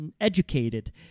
educated